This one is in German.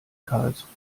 karlsruhe